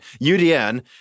UDN